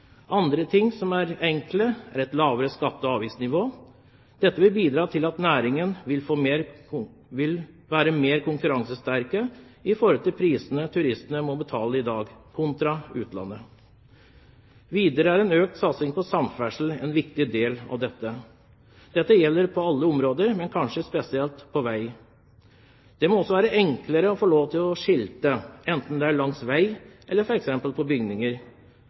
Andre ting som er enkle, er å få et lavere skatte- og avgiftsnivå. Dette vil bidra til at næringen vil være mer konkurransesterk når det gjelder det turistene i dag må betale i Norge – kontra i utlandet. Videre er en økt satsing på samferdsel en viktig del av dette. Dette gjelder på alle områder, men kanskje spesielt på vei. Det må også være enklere å få lov til å skilte, enten det er langs vei eller f.eks. på bygninger.